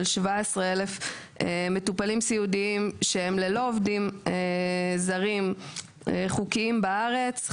17,000 מטופלים סיעודיים שהם ללא עובדים זרים חוקיים בארץ,